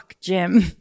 gym